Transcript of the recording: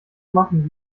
machen